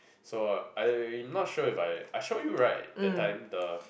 so I not sure if I I show you right the time the